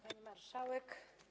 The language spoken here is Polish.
Pani Marszałek!